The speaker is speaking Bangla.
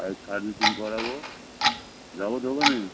তাই সার্ভিসিং করাবো যাবো দোকানেই